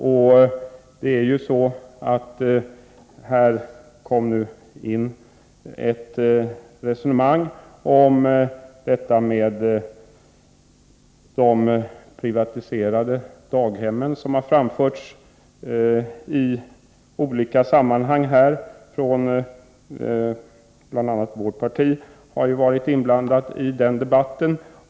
I olika sammanhang här har det talats om privatiserade daghem. Bl. a. vårt parti har varit inblandat i denna debatt.